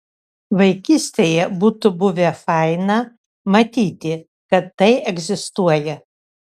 vaikystėje būtų buvę faina matyti kad tai egzistuoja